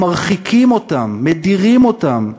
הם מרחיקים אותם, מדירים אותם,